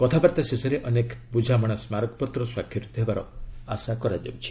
କଥାବାର୍ତ୍ତା ଶେଷରେ ଅନେକ ବୁଝାମଣା ସ୍କାରକପତ୍ର ସ୍ୱାକ୍ଷରିତ ହେବାର ଆଶା କରାଯାଉଛି